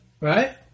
Right